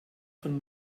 von